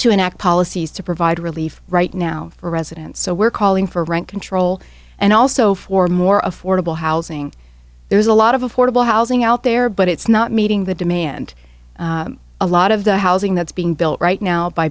to enact policies to provide relief right now for residents so we're calling for rent control and also for more affordable housing there's a lot of affordable housing out there but it's not meeting the demand a lot of the housing that's being built right now by